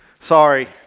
sorry